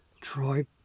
Troy